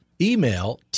Email